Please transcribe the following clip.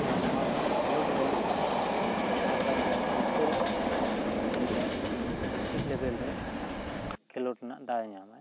ᱟᱨ ᱱᱚᱣᱟ ᱠᱷᱮᱞᱳᱰ ᱨᱮ ᱡᱟᱦᱟᱸᱭ ᱫᱚᱞᱮ ᱡᱤᱛᱠᱟᱹᱨᱚᱜᱼᱟᱭ ᱩᱱᱤ ᱫᱚ ᱰᱤᱥᱴᱤᱠ ᱞᱮᱵᱮᱞ ᱨᱮ ᱠᱷᱮᱞᱳᱰ ᱨᱮᱱᱟᱜ ᱫᱟᱣ ᱮ ᱧᱟᱢᱟᱭ